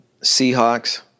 Seahawks